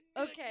Okay